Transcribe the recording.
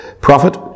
profit